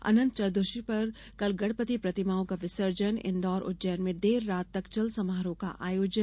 अनंत चर्तुदशी पर कल गणपति प्रतिमाओं का विसर्जन इन्दौर उज्जैन में देर रात तक चल समारोह का आयोजन